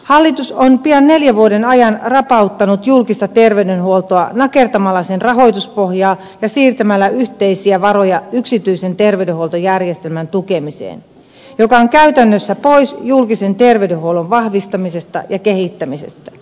hallitus on pian neljän vuoden ajan rapauttanut julkista terveydenhuoltoa nakertamalla sen rahoituspohjaa ja siirtämällä yhteisiä varoja yksityisen terveydenhuoltojärjestelmän tukemiseen ja se on käytännössä pois julkisen terveydenhuollon vahvistamisesta ja kehittämisestä